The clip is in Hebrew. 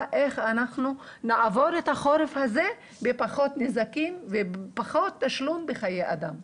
היא איך אנחנו נעבור את החורף הזה עם פחות נזקים ועם פחות תשלום בחיי אדם.